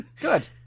Good